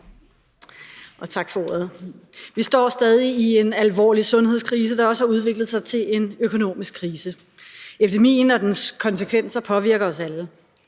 Tak for ordet. Vi står stadig i en alvorlig sundhedskrise, der også har udviklet sig til en økonomisk krise. Epidemien og dens konsekvenser påvirker os alle.